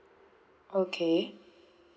okay